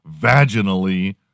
vaginally